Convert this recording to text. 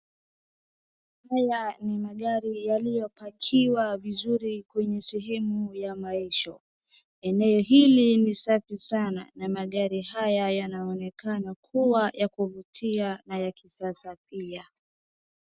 Haya ni magari yalio pakiwa vizuri sana kwenye sehemu ya maagesho. Eneo hili ni safi sana na magari haya yanaonekana kuwa ya kuvutia na ya kisasa pia.